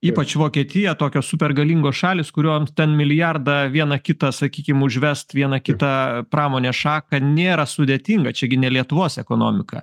ypač vokietija tokios super galingos šalys kurioms ten milijardą vieną kitą sakykim užvesti vieną kitą pramonės šaką nėra sudėtinga čia gi ne lietuvos ekonomika